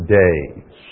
days